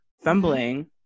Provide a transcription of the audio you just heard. fumbling